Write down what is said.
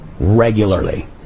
regularly